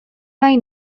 nahi